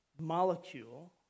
molecule